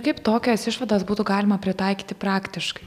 kaip tokias išvadas būtų galima pritaikyti praktiškai